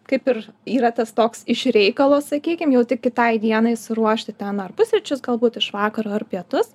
kaip ir yra tas toks iš reikalo sakykim jau tik kitai dienai suruošti ten ar pusryčius galbūt iš vakaro ar pietus